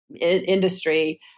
industry